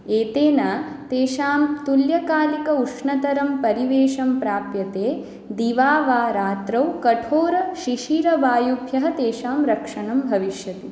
एतेन तेषां तुल्यकालिक उष्णतरं परिवेशं प्राप्यते दिवा वा रात्रौ कठोरशिशिरवायुभ्यः तेषां रक्षणं भविष्यति